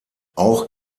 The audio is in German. auch